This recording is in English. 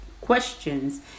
questions